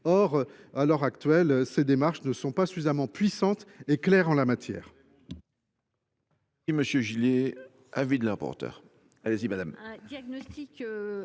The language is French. Or, à l’heure actuelle, ces démarches ne sont pas suffisamment puissantes et claires en la matière.